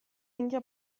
اینکه